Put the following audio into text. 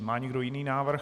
Má někdo jiný návrh?